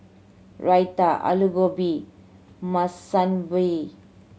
Raita Alu Gobi Monsunabe